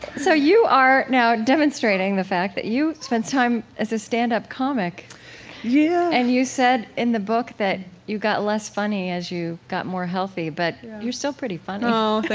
so you are now demonstrating the fact that you spent time as a stand-up comic yeah, and you said in the book that you got less funny as you got more healthy, but you're still pretty funny aw, but